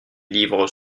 livres